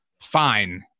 fine